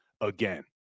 again